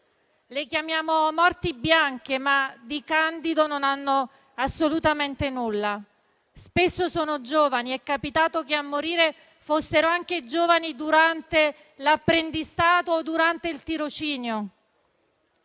Le chiamiamo "morti bianche", ma di candido non hanno assolutamente nulla. Spesso sono giovani; è capitato che a morire fossero anche giovani durante l'apprendistato o il tirocinio,